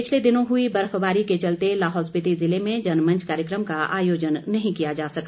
पिछले दिनों हुई बर्फबारी के चलते लाहौल स्पीति ज़िले में जनमंच कार्यक्रम का आयोजन नहीं किया जा सका